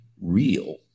real